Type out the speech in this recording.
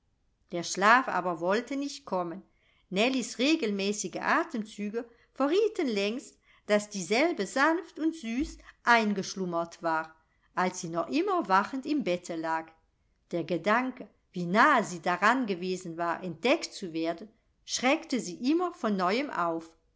der schlaf aber wollte nicht kommen nellies regelmäßige atemzüge verrieten längst daß dieselbe sanft und süß eingeschlummert war als sie noch immer wachend im bette lag der gedanke wie nahe sie daran gewesen war entdeckt zu werden schreckte sie immer von neuem auf